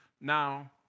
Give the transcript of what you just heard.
Now